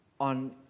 on